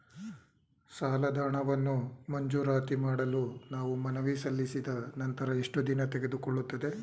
ಸಾಲದ ಹಣವನ್ನು ಮಂಜೂರಾತಿ ಮಾಡಲು ನಾವು ಮನವಿ ಸಲ್ಲಿಸಿದ ನಂತರ ಎಷ್ಟು ದಿನ ತೆಗೆದುಕೊಳ್ಳುತ್ತದೆ?